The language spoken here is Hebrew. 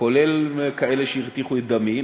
כולל כאלה שהרתיחו את דמי,